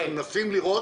כי לא היה להן ניסיון.